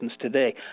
today